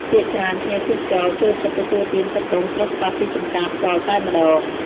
ភាគច្រើនភ្ញៀវទេសចរចូលចិត្តទទួលទានទឹកដូងស្រស់ៗពីចម្ការផ្ទាល់តែម្តង។